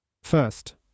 First